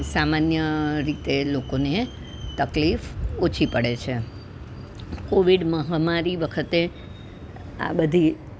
સામાન્ય રીતે લોકોને તકલીફ ઓછી પડે છે કોવિડ મહામારી વખતે આ બધી